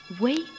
wake